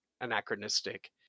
anachronistic